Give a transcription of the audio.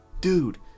dude